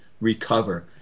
recover